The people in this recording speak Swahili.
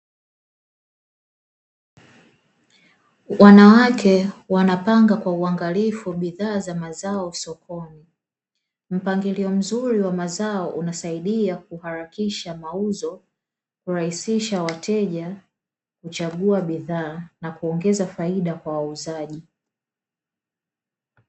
Wanawake wanapanga kwa uangalifu bidhaa za mazao sokoni, mpangilio mzuri wa mazao unasaidia kuharakisha mauzo, kurahisisha wateja kuchagua bidhaa na kuongeza faida kwa wauzaji .